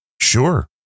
Sure